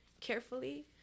carefully